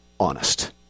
honest